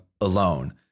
alone